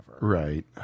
Right